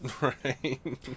right